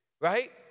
right